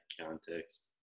context